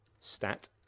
stat